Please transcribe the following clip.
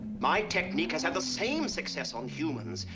my technique has had the same success on humans.